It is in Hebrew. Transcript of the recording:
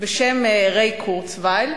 בשם ריי קורצווייל,